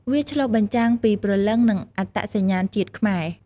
វាឆ្លុះបញ្ចាំងពីព្រលឹងនិងអត្តសញ្ញាណជាតិខ្មែរ។